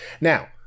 Now